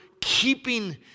keeping